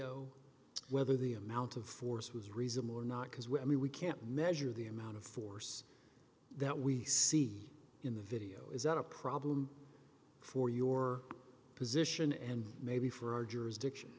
video whether the amount of force was reasonable or not because when we can't measure the amount of force that we see in the video is that a problem for your position and maybe for our jurisdiction